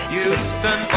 Houston